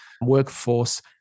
workforce